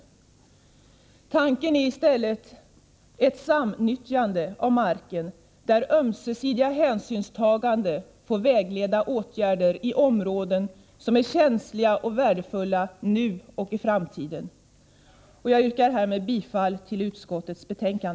Tanken är i stället ett samnyttjande av marken, där ömsesidiga hänsynstaganden får vägleda åtgärder i områden som är känsliga och värdefulla nu och i framtiden. Jag yrkar härmed bifall till utskottets hemställan.